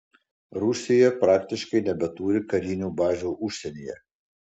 rusija praktiškai nebeturi karinių bazių užsienyje